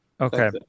Okay